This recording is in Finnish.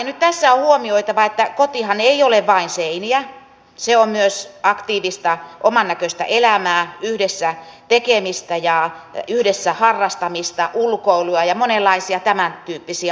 nyt tässä on huomioitava että kotihan ei ole vain seiniä se on myös aktiivista omannäköistä elämää yhdessä tekemistä ja yhdessä harrastamista ulkoilua ja monenlaisia tämäntyyppisiä asioita